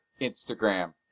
Instagram